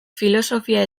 filosofia